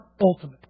ultimate